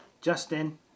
Justin